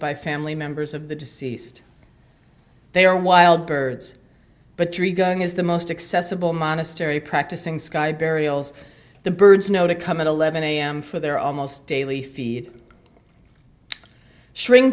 by family members of the deceased they are wild birds but tree growing is the most accessible monastery practicing sky burials the birds know to come at eleven am for their almost daily feed shrink